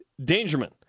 Dangerman